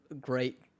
great